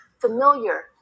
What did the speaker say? familiar